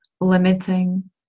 limiting